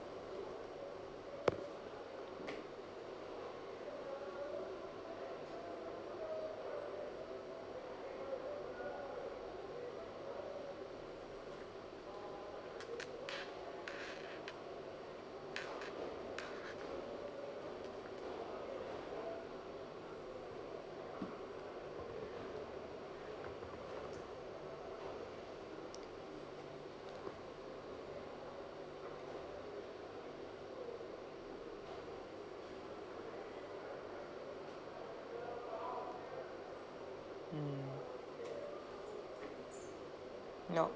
nope